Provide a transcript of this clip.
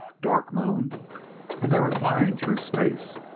dark moon and they were flying through space.